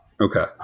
Okay